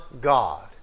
God